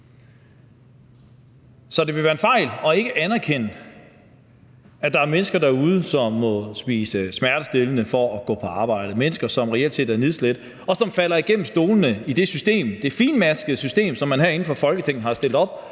så det ville være en fejl ikke at anerkende, at der er mennesker derude, som må spise smertestillende piller for at gå på arbejde, mennesker, som reelt set er nedslidte, og som falder mellem stolene i det finmaskede system, som man herinde fra Folketinget har stillet op,